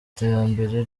iterambere